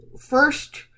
first